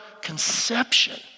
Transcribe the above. conception